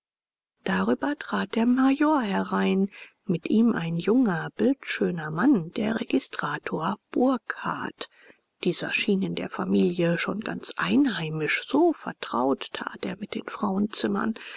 darüber trat der major herein mit ihm ein junger bildschöner mann der registrator burkhardt dieser schien in der familie schon ganz einheimisch so vertraut tat er mit den frauenzimmern